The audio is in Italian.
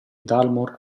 dalmor